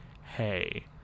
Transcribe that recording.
Hey